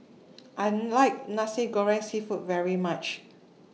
I like Nasi Goreng Seafood very much